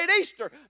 Easter